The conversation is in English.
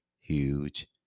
huge